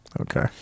Okay